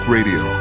Radio